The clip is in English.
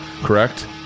correct